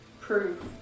proof